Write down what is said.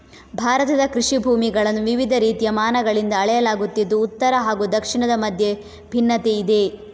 ಭಾರತದ ಕೃಷಿ ಭೂಮಿಗಳನ್ನು ವಿವಿಧ ರೀತಿಯ ಮಾನಗಳಿಂದ ಅಳೆಯಲಾಗುತ್ತಿದ್ದು ಉತ್ತರ ಹಾಗೂ ದಕ್ಷಿಣದ ಮಧ್ಯೆ ಭಿನ್ನತೆಯಿದೆ